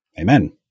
Amen